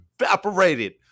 evaporated